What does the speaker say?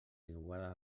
niuada